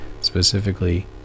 Specifically